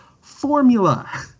formula